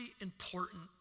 important